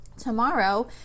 tomorrow